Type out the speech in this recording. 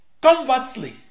Conversely